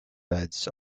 beds